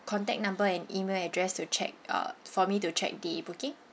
contact number and email address to check uh for me to check the booking